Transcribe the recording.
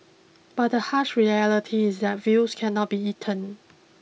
but the harsh reality is that views cannot be eaten